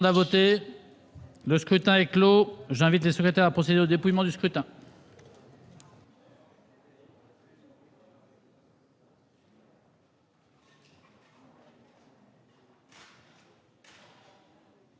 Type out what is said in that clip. Le scrutin est clos. J'invite Mmes et MM. les secrétaires à procéder au dépouillement du scrutin.